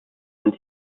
and